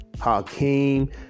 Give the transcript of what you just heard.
Hakeem